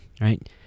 right